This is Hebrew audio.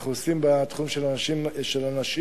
בתחום הנשים